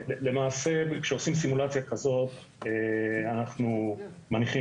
למעשה כשעושים סימולציה כזאת אנחנו מניחים